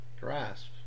grasp